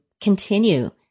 continue